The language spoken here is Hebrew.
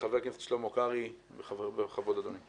חבר הכנסת שלמה קרעי, בכבוד, אדוני.